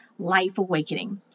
LIFEAWAKENING